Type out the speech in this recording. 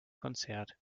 konzert